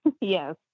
Yes